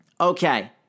Okay